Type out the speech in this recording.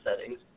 settings